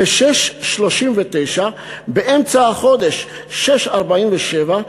ב-06:39, באמצע החודש, ב-06:47,